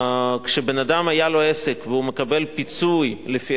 אדם שהיה לו עסק והוא מקבל פיצוי לפי